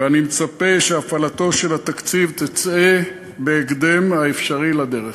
ואני מצפה שהפעלתו של התקציב תצא בהקדם האפשרי לדרך.